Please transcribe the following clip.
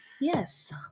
yes